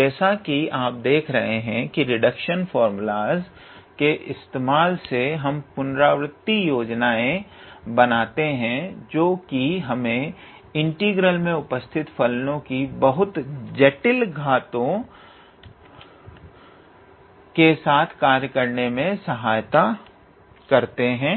तो जैसा कि आप देख रहे हैं कि रिडक्शन फार्मूलाज के इस्तेमाल से हम पुनरावृति योजनाएं बनाते हैं जो कि हमें इंटीग्रल मे उपस्थित फलनो की बहुत जटिल घातों के साथ कार्य करने में सहायता करते हैं